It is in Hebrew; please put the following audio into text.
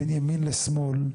בין ימין לשמאל,